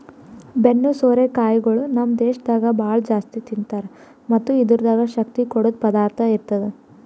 ಬೆನ್ನು ಸೋರೆ ಕಾಯಿಗೊಳ್ ನಮ್ ದೇಶದಾಗ್ ಭಾಳ ಜಾಸ್ತಿ ತಿಂತಾರ್ ಮತ್ತ್ ಇದುರ್ದಾಗ್ ಶಕ್ತಿ ಕೊಡದ್ ಪದಾರ್ಥ ಇರ್ತದ